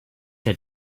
had